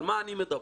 על מה אני מדבר?